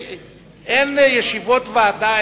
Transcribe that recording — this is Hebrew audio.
אין ישיבות ועדה,